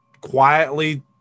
quietly